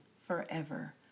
forever